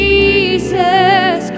Jesus